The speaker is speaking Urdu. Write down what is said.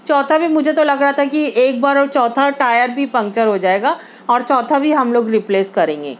چوتھا بھی مجھے تو لگ رہا تھا کہ ایک بار اور چوتھا ٹایر بھی پنکچر ہو جائے گا اور چوتھا بھی ہم لوگ ریپلیس کریں گے